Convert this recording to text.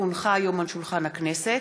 כי הונחה היום על שולחן הכנסת,